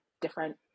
different